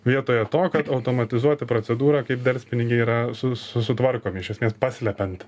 vietoje to kad automatizuoti procedūrą kaip delspinigiai yra su sutvarkomi iš esmės paslepiant